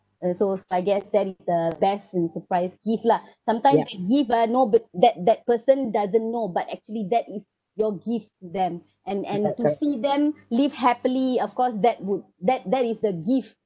also if I get sent uh the best and surprise gift lah sometimes they give ah no but that that person doesn't know but actually that is your gift to them and and to see them live happily of course that would that that is the gift